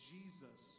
Jesus